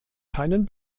keinen